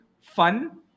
fun